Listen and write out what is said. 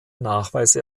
nachweise